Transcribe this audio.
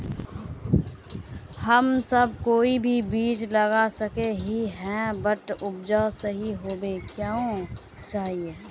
हम सब कोई भी बीज लगा सके ही है बट उपज सही होबे क्याँ चाहिए?